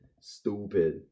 Stupid